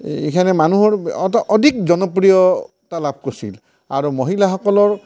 এইখনে মানুহৰ অধিক জনপ্ৰিয়তা লাভ কৰিছিল আৰু মহিলাসকলৰ